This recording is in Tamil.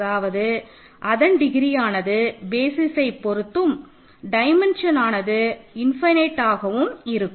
அதாவது அதன் டிகிரி ஆனது பேசிசை பொருத்தும் டைமென்ஷன் ஆனது இன்ஃபைனட்ஆக இருக்கும்